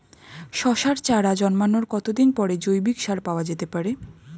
শশার চারা জন্মানোর কতদিন পরে জৈবিক সার দেওয়া যেতে পারে?